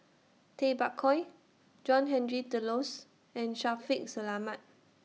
Tay Bak Koi John Henry Duclos and Shaffiq Selamat